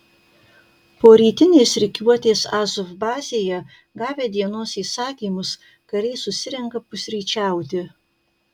po rytinės rikiuotės azov bazėje gavę dienos įsakymus kariai susirenka pusryčiauti